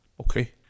Okay